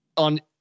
On